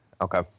Okay